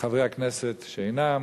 חברי הכנסת שאינם,